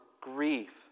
grief